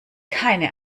keine